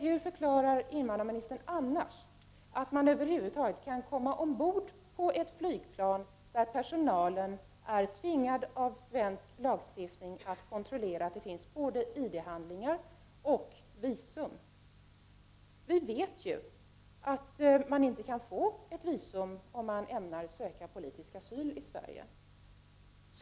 Hur förklarar invandrarministern annars att människor över huvud taget kan komma ombord på ett flygplan där personalen är tvingad av svensk lagstiftning att kontrollera att det finns både ID-handlingar och visum? Vi vet att man inte kan få ett visum om man ämnar söka politisk asyl i Sverige.